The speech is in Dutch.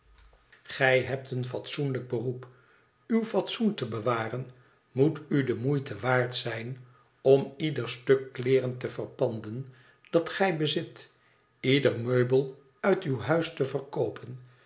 gij hebt een fatsoenlijk beroep uw fatsoen te bewaren moet u de moeite waard zijn oin ieder stuk kleeren te verpanden dat gij bezit ieder meubel uit uw huis te verkoopen